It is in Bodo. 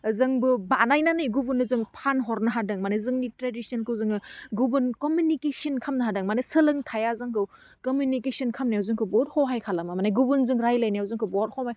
जोंबो बानायनानै गुबुननो जों फानहरनो हादों माने जोंनि ट्रेडिशनखौ जोङो गुबुन कमिउनेकेशन खामनो हादों माने सोलोंथाइया जोंखौ कमिउनेकेशन खामनायाव जोंखौ बुहुत हहाय खालामो माने गुबुन जों रायलायनायाव जोंखौ बहद हमाय